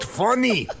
funny